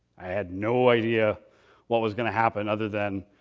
had no idea what was going to happen other than